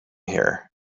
here